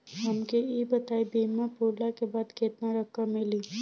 हमके ई बताईं बीमा पुरला के बाद केतना रकम मिली?